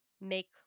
make